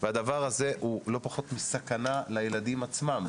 הדבר הזה הוא לא פחות מסכנה לילדים עצמם.